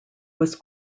was